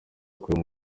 kureba